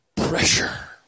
Pressure